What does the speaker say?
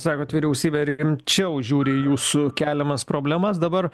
sakot vyriausybė rimčiau žiūri į jūsų keliamas problemas dabar